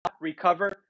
recover